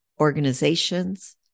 organizations